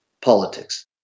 politics